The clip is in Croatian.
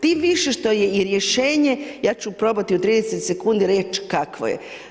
Tim više što je i rješenje, ja ću probati u 30 sec reći kakvo je.